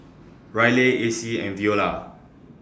Ryleigh Acy and Veola